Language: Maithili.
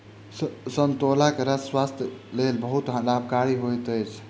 संतोलाक रस स्वास्थ्यक लेल बहुत लाभकारी होइत अछि